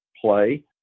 play